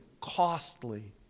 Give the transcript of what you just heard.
costly